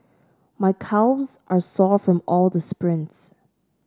my calves are sore from all the sprints